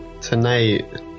tonight